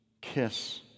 kiss